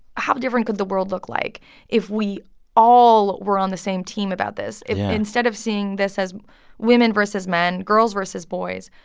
how different could the world look like if we all were on the same team about this? yeah if instead of seeing this as women versus men, girls versus boys,